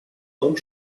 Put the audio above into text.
том